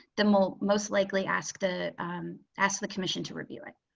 then we'll most likely ask the um ask the commission to review it.